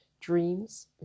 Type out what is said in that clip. dreams